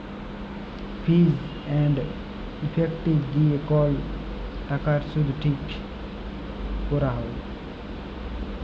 ফিজ এল্ড ইফেক্টিভ দিঁয়ে কল টাকার সুদ ঠিক ক্যরা হ্যয়